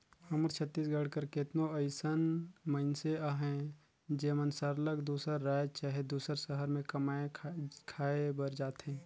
हमर छत्तीसगढ़ कर केतनो अइसन मइनसे अहें जेमन सरलग दूसर राएज चहे दूसर सहर में कमाए खाए बर जाथें